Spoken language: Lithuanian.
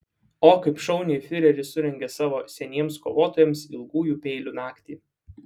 o kaip šauniai fiureris surengė savo seniems kovotojams ilgųjų peilių naktį